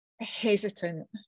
hesitant